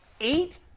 eight